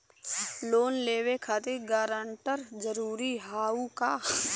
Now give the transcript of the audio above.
Loan लेवब खातिर guarantor जरूरी हाउ का?